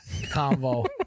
convo